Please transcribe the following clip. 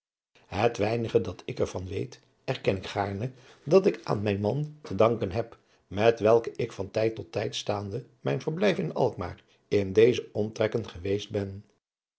het weinige dat ik er van weet erken ik gaarne dat ik aan mijn man te danken heb met welken ik van tijd tot tot tijd staande mijn verblijf in alkmaar in deze omstreken geweest ben